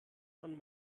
von